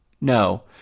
No